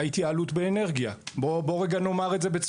הטרנספורמציה במשק האנרגיה היא לא